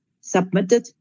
submitted